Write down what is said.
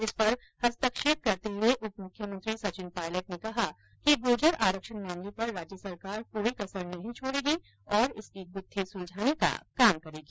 इस पर हस्तक्षेप करते हुए उपमुख्यमंत्री सचिन पायलट ने कहा कि गुर्जर आरक्षण मामले पर राज्य सरकार कोई कसर नहीं छोड़ेगी और इसकी गुत्थी सुलझाने का काम करेगी